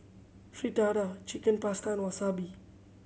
Fritada Chicken Pasta and Wasabi